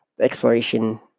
exploration